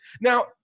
now